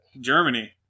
Germany